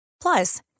Plus